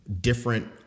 different